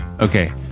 Okay